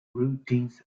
routines